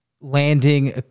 landing